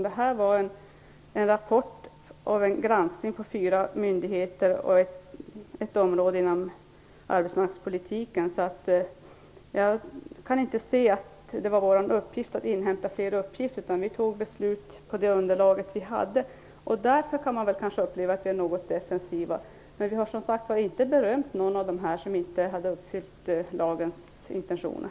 Det gällde en rapport från en granskning av fyra myndigheter inom ett område av arbetsmarknadspolitiken. Jag kan inte se att det ålåg oss att inhämta fler uppgifter, utan vi tog ställning på det underlag som vi hade. Man kan därför kanske uppleva oss något defensiva. Vi har dock, som sagt, inte berömt någon av dem som inte hade uppfyllt lagens intentioner.